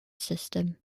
system